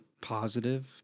positive